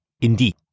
Indeed